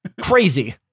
crazy